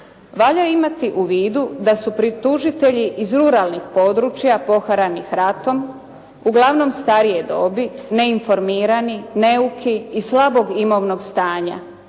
Valja imati u vidu da su tužitelji iz ruralnih područja poharanih ratom, uglavnom starije dobi, neinformirani, neuki i slabog imovnog stanja